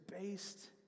based